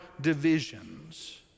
divisions